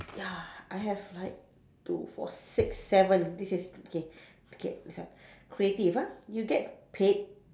ya I have like two four six seven this is okay okay this one creative ah you get paid